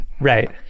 Right